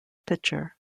pitcher